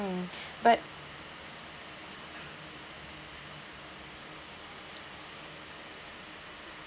mm but